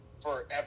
forever